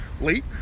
late